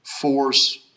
force